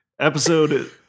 Episode